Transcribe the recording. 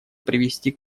привести